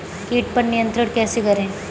कीट पर नियंत्रण कैसे करें?